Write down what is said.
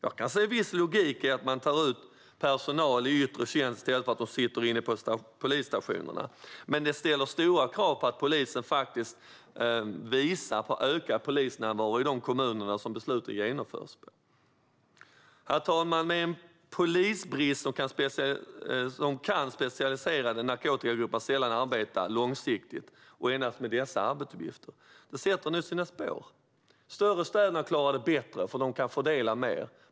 Jag kan se en viss logik i att man tar ut personal i yttre tjänst i stället för att de sitter inne på polisstationerna. Men det ställer stora krav på att polisen faktiskt visar på ökad polisnärvaro i de kommuner som besluten genomförs på. Herr talman! Polisbristen gör att specialiserade narkotikagrupper sällan kan arbeta långsiktigt och endast med dessa arbetsuppgifter. Det sätter nu sina spår. De större städerna klarar det bättre, för de kan fördela mer.